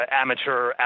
amateur